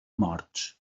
morts